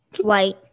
White